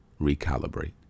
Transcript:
recalibrate